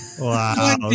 Wow